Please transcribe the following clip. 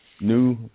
new